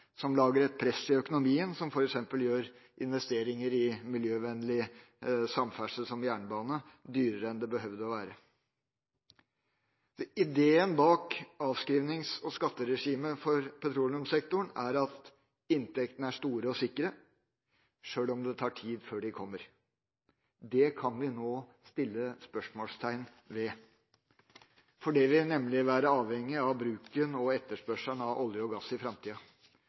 som lager et press i økonomien, som f.eks. gjør investeringer i miljøvennlig samferdsel, som jernbane, dyrere enn det behøver å være. Ideen bak avskrivings- og skatteregimet for petroleumssektoren er at inntektene er store og sikre, sjøl om det tar tid før de kommer. Det kan vi nå stille spørsmålstegn ved, for det vil nemlig være avhengig av bruken og etterspørselen av olje og gass i framtida.